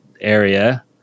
area